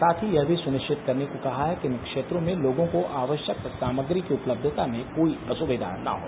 साथ ही यह भी सुनिश्चित करने को कहा है कि इन क्षेत्रों में लोगों को आवश्यक सामग्री की उपलबता में कोई असविद्या न हो